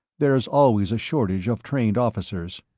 there's always a shortage of trained officers.